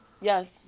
yes